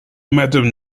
madam